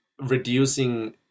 reducing